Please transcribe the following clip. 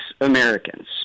americans